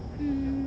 mm